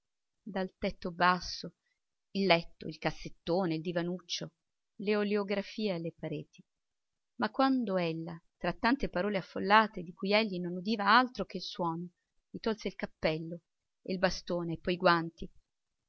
dal tetto basso il letto il cassettone il divanuccio le oleografie alle pareti ma quando ella tra tante parole affollate di cui egli non udiva altro che il suono gli tolse il cappello e il bastone e poi i guanti